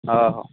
ହଉ